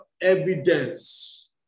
evidence